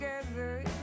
together